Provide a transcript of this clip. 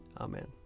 Amen